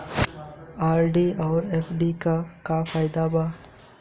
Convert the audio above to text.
RD आउर FD के का फायदा बा?